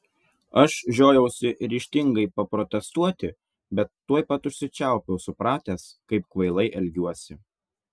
aš žiojausi ryžtingai paprotestuoti bet tuoj pat užsičiaupiau supratęs kaip kvailai elgiuosi